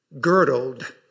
girdled